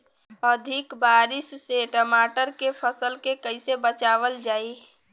अधिक बारिश से टमाटर के फसल के कइसे बचावल जाई?